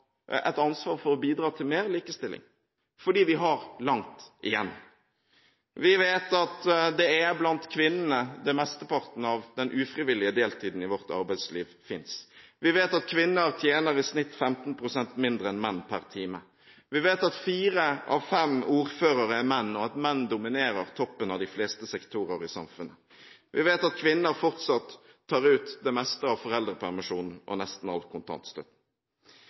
bidra til mer likestilling, fordi vi har langt igjen. Vi vet at det er blant kvinnene mesteparten av den ufrivillige deltiden i vårt arbeidsliv finnes. Vi vet at kvinner tjener i snitt 15 pst. mindre enn menn per time. Vi vet at fire av fem ordførere er menn, og at menn dominerer toppen av de fleste sektorer i samfunnet. Vi vet at kvinner fortsatt tar ut det meste av foreldrepermisjonen og nesten all